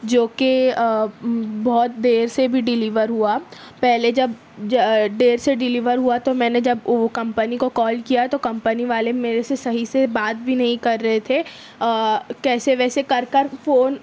جو کہ بہت دیر سے بھی ڈلیور ہوا پہلے جب دیر سے ڈلیور ہوا تو میں نے جب کمپنی کو کال کیا تو کمپنی والے میرے سے صحیح سے بات بھی نہیں کر رہے تھے کیسے ویسے کر کر فون